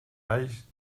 alls